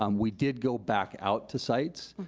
um we did go back out to sites,